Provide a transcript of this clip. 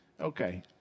okay